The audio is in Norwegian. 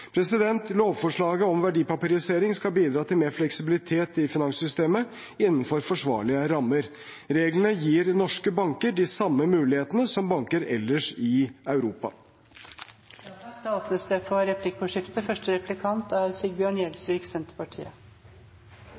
Lovforslaget om verdipapirisering skal bidra til mer fleksibilitet i finanssystemet innenfor forsvarlige rammer. Reglene gir norske banker de samme mulighetene som banker ellers i